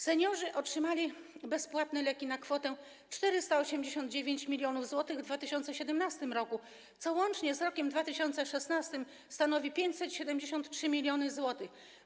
Seniorzy otrzymali bezpłatne leki na kwotę 489 mln zł w 2017 r., co łącznie z rokiem 2016 stanowi 573 mln zł.